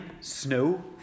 snow